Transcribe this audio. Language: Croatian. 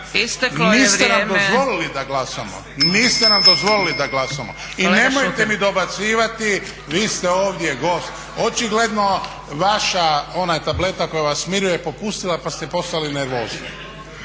Niste nam dozvolili da glasamo i nemojte mi dobacivati vi ste ovdje gost. Očigledno vaša ona tableta koja vas smiruje popustila pa ste postali nervozni.